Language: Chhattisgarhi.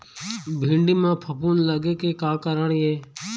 भिंडी म फफूंद लगे के का कारण ये?